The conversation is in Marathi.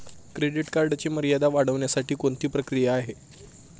क्रेडिट कार्डची मर्यादा वाढवण्यासाठी कोणती प्रक्रिया आहे?